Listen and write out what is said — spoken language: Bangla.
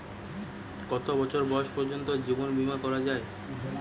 কত বছর বয়স পর্জন্ত জীবন বিমা করা য়ায়?